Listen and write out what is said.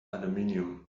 aluminium